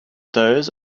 those